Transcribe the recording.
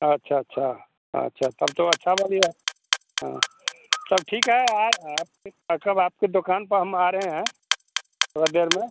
अच्छा अच्छा अच्छा तब तो अच्छा बढ़िया है हाँ सब ठीक है आपके अच्छा अब आपके दुकान पा हम आ रहे हैं थोड़ा देर में